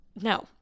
no